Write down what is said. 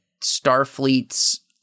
Starfleet's